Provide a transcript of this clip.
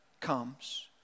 comes